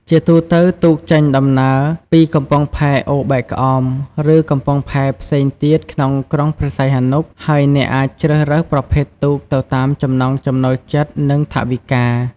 ជាទូទៅ ទូកចេញដំណើរពីកំពង់ផែអូបែកក្អម ឬកំពង់ផែផ្សេងទៀតក្នុងក្រុងព្រះសីហនុ ហើយអ្នកអាចជ្រើសរើសប្រភេទទូកទៅតាមចំណង់ចំណូលចិត្ត និងថវិកា។